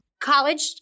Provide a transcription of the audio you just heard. College